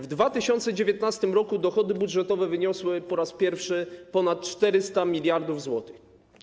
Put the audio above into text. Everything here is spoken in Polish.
W 2019 r. dochody budżetowe wyniosły po raz pierwszy ponad 400 mld zł.